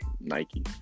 Nike